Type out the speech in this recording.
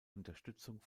unterstützung